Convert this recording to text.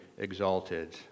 exalted